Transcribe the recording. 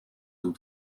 toe